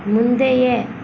முந்தைய